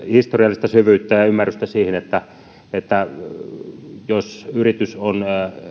historiallista syvyyttä ja ymmärrystä siitä että jos yritys on